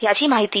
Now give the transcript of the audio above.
याची माहिती